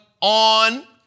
on